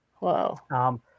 Wow